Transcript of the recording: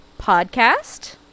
podcast